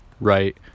right